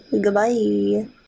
Goodbye